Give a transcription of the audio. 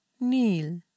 kneel